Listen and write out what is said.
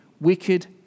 wicked